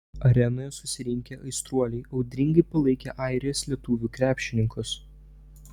arenoje susirinkę aistruoliai audringai palaikė airijos lietuvių krepšininkus